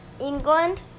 England